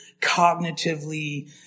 cognitively